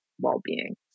well-being